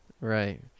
Right